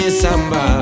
samba